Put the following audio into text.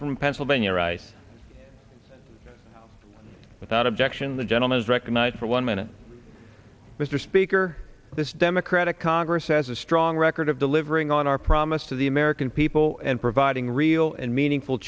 from pennsylvania right without objection the gentleman is recognized for one minute mr speaker this democratic congress has a strong record of delivering on our promise to the american people and providing real and meaningful